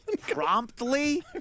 promptly